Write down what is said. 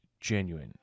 genuine